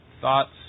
thoughts